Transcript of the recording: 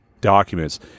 documents